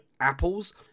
Apples